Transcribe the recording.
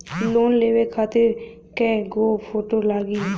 Loan लेवे खातिर कै गो फोटो लागी?